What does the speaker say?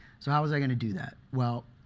so how was i going to do that? well,